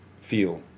feel